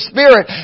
Spirit